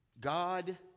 God